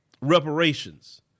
reparations